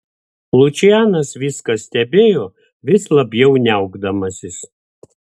lučianas viską stebėjo vis labiau niaukdamasis